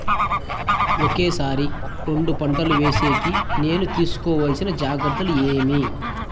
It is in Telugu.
ఒకే సారి రెండు పంటలు వేసేకి నేను తీసుకోవాల్సిన జాగ్రత్తలు ఏమి?